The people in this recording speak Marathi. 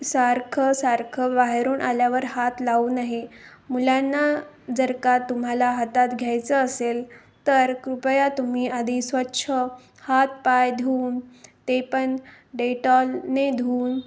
सारखं सारखं बाहेरून आल्यावर हात लावू नये मुलांना जर का तुम्हाला हातात घ्यायचं असेल तर कृपया तुम्ही आधी स्वच्छ हात पाय धुऊन ते पण डेटॉलने धुऊन